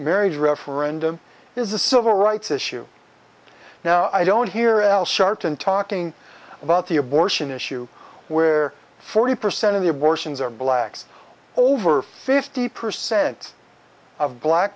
marriage referendum is a civil rights issue now i don't hear al sharpton talking about the abortion issue where forty percent of the abortions are blacks over fifty percent of black